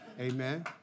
Amen